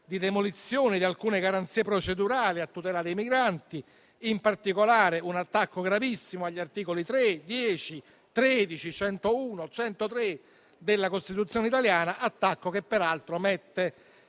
di demolizione di alcune garanzie procedurali a tutela dei migranti; in particolare un attacco gravissimo agli articoli 3, 10, 13, 101 e 103 della Costituzione italiana; attacco che peraltro mette